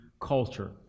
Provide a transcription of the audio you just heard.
culture